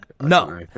no